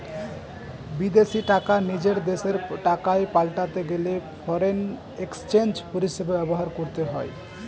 বিদেশী টাকা নিজের দেশের টাকায় পাল্টাতে গেলে ফরেন এক্সচেঞ্জ পরিষেবা ব্যবহার করতে হয়